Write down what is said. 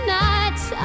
nights